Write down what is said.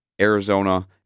Arizona